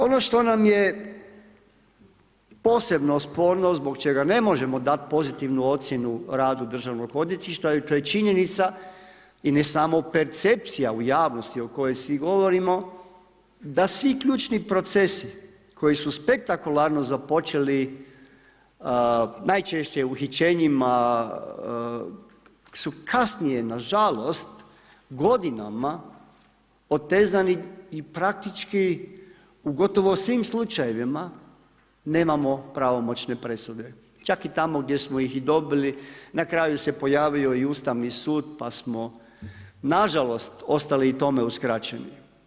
Ono što nam je posebno sporno zbog čega ne možemo dati pozitivnu ocjenu radu državnog odvjetništva, to je činjenica i ne samo percepcija u javnosti o kojoj svi govorimo da svi ključni procesi koji su spektakularno započeli najčešće uhićenjima su kasnije nažalost godinama otezani i praktički u gotovo svim slučajevima nemamo pravomoćne presude, čak i tamo gdje smo ih i dobili na kraju se pojavio i Ustavni sud pa smo nažalost ostali i tome uskraćeni.